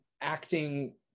acting